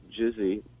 Jizzy